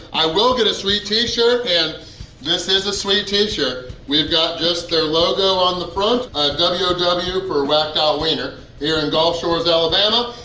i will get a sweet t-shirt. and this is a sweet t-shirt! we've got just their logo on the front, a w o w for wacked out wiener here in gulf shores, alabama.